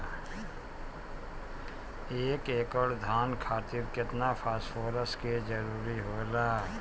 एक एकड़ धान खातीर केतना फास्फोरस के जरूरी होला?